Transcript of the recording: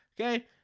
Okay